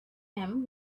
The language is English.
him